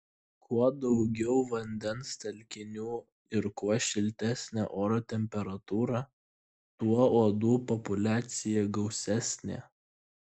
kuo daugiau vandens telkinių ir kuo šiltesnė oro temperatūra tuo uodų populiacija gausesnė